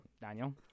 Daniel